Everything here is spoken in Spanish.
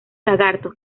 lagartos